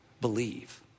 believe